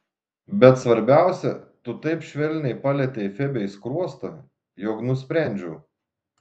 bet svarbiausia tu taip švelniai palietei febei skruostą jog nusprendžiau